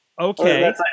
okay